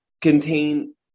contain